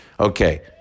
Okay